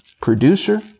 producer